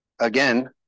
again